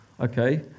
Okay